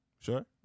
sure